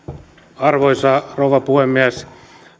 arvoisa rouva puhemies